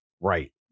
Right